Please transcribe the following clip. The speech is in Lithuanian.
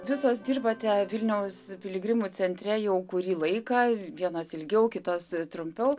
visos dirbate vilniaus piligrimų centre jau kurį laiką vienos ilgiau kitos trumpiau